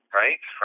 right